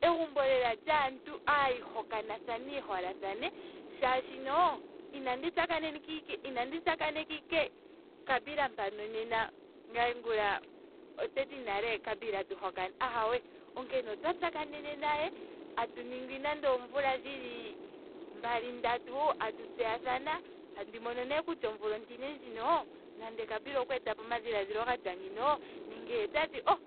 Egumbo lela lyaantu aayihokanathani ye holathane molwaashoka inandi tsakaneke inandi tsakaneka ike kabila mpano nena ngame ngula oteti nale kabila tu hokane. Ahawe. Onkene otwa tsakanene naye. tatu ningi nenge oomvula dhili mbali ndatu wo tatu tseyathana. tandi mono nee kutya omvula ontine ndjino nande kabila okwa etapo omadhiladhilo geni ngino. nenge otati oh!